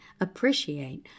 appreciate